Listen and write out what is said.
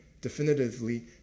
definitively